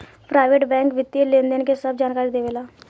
private bank वित्तीय लेनदेन के सभ जानकारी देवे ला